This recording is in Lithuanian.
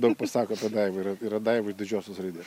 daug pasako apie daivą yra daiva iš didžiosios raidės